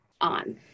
on